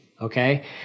okay